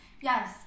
Yes